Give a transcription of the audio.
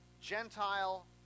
Gentile